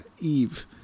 Eve